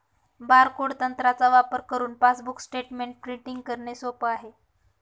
barcode तंत्राचा वापर करुन पासबुक स्टेटमेंट प्रिंटिंग करणे सोप आहे